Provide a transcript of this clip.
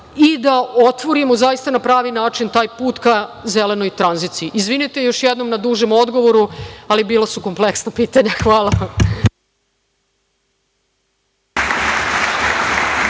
i da otvorimo zaista na pravi način taj put ka zelenoj tranziciji. Izvinite još jednom na dužem odgovoru, ali bila su kompleksna pitanja. Hvala.